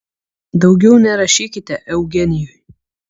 daugiau nerašykite eugenijui